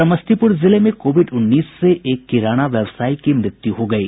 समस्तीपूर जिले में कोविड उन्नीस से एक किराना व्यवसायी की मृत्यू हो गयी